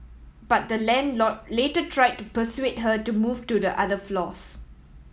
but the landlord later tried to persuade her to move to the other floors